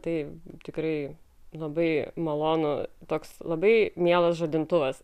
tai tikrai labai malonu toks labai mielas žadintuvas